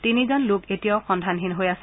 তিনিজন লোক এতিয়াও সন্ধানহীন হৈ আছে